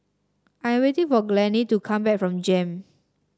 I waiting for Glennie to come back from JEM